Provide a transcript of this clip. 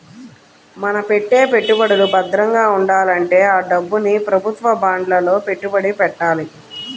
మన పెట్టే పెట్టుబడులు భద్రంగా ఉండాలంటే ఆ డబ్బుని ప్రభుత్వ బాండ్లలో పెట్టుబడి పెట్టాలి